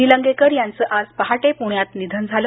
निलंगेकर यांचं आज पहाटे पुण्यात निधन झालं